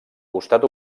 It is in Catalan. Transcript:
costat